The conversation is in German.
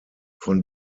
von